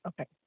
okay